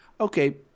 Okay